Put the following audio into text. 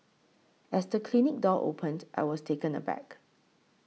as the clinic door opened I was taken aback